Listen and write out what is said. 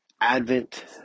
Advent